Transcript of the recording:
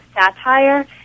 satire